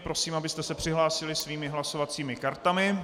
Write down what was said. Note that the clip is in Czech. Prosím, abyste se přihlásili svými hlasovacími kartami.